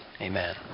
Amen